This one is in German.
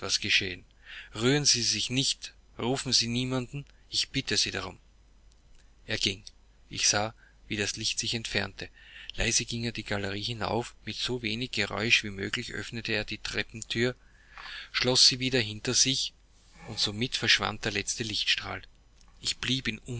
geschehen rühren sie sich nicht rufen sie niemanden ich bitte sie darum er ging ich sah wie das licht sich entfernte leise ging er die galerie hinauf mit so wenig geräusch wie möglich öffnete er die treppenthür schloß sie wieder hinter sich und somit verschwand der letzte lichtstrahl ich blieb